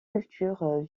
cultures